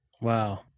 Wow